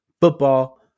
football